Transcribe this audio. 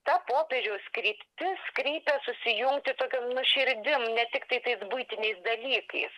ta popiežiaus kryptis kreipia susijungti tokiom nu širdim ne tiktai tais buitiniais dalykais